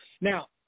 Now